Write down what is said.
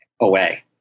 away